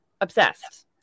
obsessed